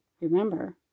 Remember